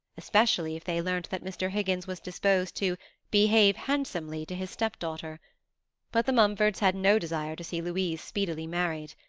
especially if they learnt that mr. higgins was disposed to behave handsomely to his stepdaughter but the mumfords had no desire to see louise speedily married.